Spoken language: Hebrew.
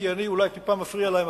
כי אני אולי טיפה מפריע להם.